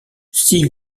six